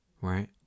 right